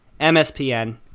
MSPN